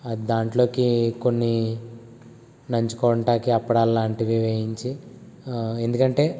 దాంట్లోకి కొన్ని నంచుకోవటానికి అప్పడాలు లాంటివి వేయించి ఎందుకంటే